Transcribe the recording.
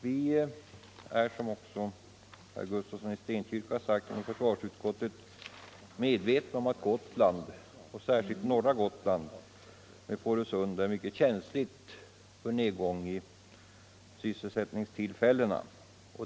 Vi är, som herr Gustafsson sagt, i försvarsutskottet medvetna om att Gotland och särskilt norra Gotland med Fårösund är mycket känsligt för nedgång i sysselsättningstillfällena.